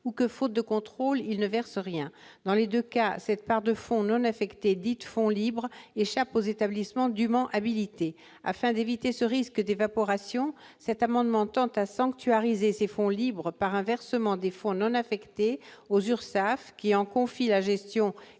que, faute de contrôle, il ne verse rien. Dans les deux cas, cette part de fonds non affectés, dite « fonds libres », échappe aux établissements dûment habilités. Afin d'éviter ce risque d'évaporation, cet amendement tend à sanctuariser ces fonds libres par un versement des fonds non affectés aux URSSAF, qui en confient la gestion